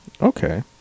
okay